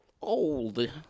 old